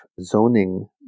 zoning